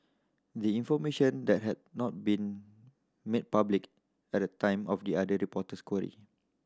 the information that had not been made public at the time of the other reporter's query